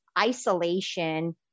isolation